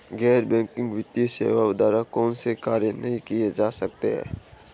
गैर बैंकिंग वित्तीय सेवाओं द्वारा कौनसे कार्य नहीं किए जा सकते हैं?